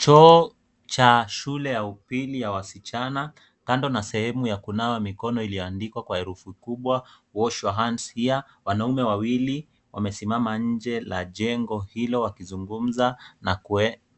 Choo cha shule ya upili ya wasichana, kando na sehemu ya kunawa mikono iliyoandikwa kwa herufi kubwa wash your hands here . Wanaume wawili wamesimama nje la jengo hilo wakizungumza na